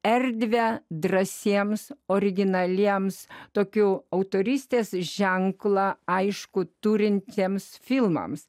erdvę drąsiems originaliems tokių autorystės ženklą aišku turintiems filmams